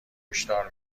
هشدار